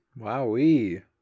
Wowee